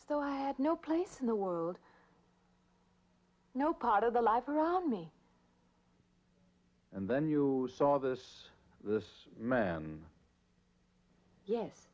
so i had no place in the world no part of the life around me and then you saw this this man yes